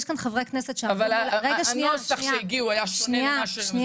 יש כאן חברי כנסת -- אבל הנוסח שהגיע היה שונה מה שהוצג,